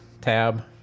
tab